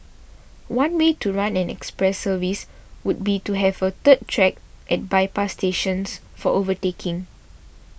one way to run an express service would be to have a third track at bypass stations for overtaking